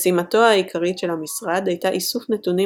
משימתו העיקרית של המשרד הייתה איסוף נתונים